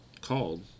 called